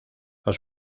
los